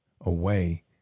away